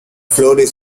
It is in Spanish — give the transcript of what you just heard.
flores